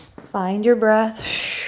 find your breath.